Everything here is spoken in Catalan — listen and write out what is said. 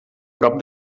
prop